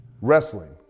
Wrestling